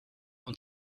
und